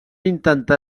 intentar